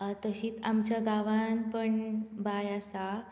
तशीच आमच्या गांवांत पण बांय आसा